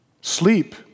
Sleep